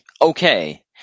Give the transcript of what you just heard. Okay